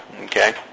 okay